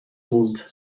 mund